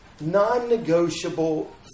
non-negotiable